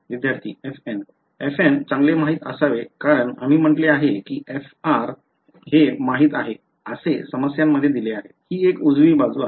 विद्यार्थी fn fnचांगले माहित असावे कारण आम्ही म्हटले आहे की f हे माहित आहे असे समस्यांमध्ये दिले आहे ही एक उजवी बाजू आहे